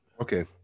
Okay